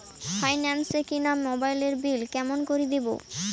Finance এ কিনা মোবাইলের বিল কেমন করে দিবো?